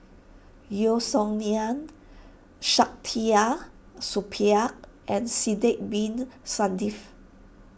Yeo Song Nian Saktiandi Supaat and Sidek Bin Saniff